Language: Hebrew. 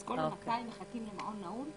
אז כל ה-200 מחכים למעון נעול?